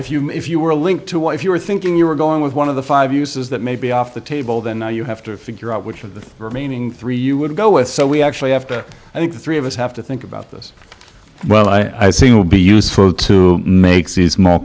you if you were a link to what if you were thinking you were going with one of the five uses that may be off the table then you have to figure out which of the remaining three you would go with so we actually have to i think the three of us have to think about this well i think will be useful to make these m